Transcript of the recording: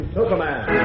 Superman